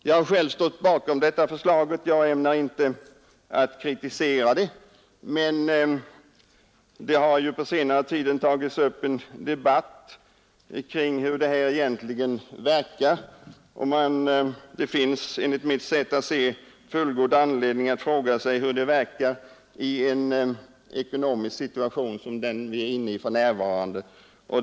Jag har själv stått bakom detta förslag och ämnar inte kritisera det. Men på senare tid har det tagits upp en debatt om hur detta egentligen verkar. Det finns enligt mitt sätt att se fullgod anledning att fråga sig hur det verkar i en ekonomisk situation som den vi för närvarande är inne i.